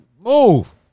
move